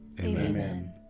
Amen